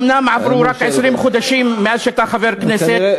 אומנם עברו רק 20 חודשים מאז שאתה חבר כנסת,